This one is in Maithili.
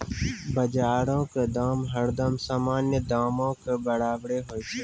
बजारो के दाम हरदम सामान्य दामो के बराबरे होय छै